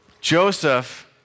Joseph